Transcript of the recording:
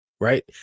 right